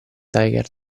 tiger